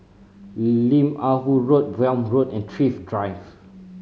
Lim Ah Woo Road Welm Road and Thrift Drive